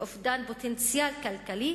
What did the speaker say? לאובדן פוטנציאל כלכלי